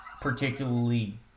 particularly